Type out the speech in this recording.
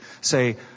say